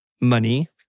money